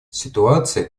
ситуация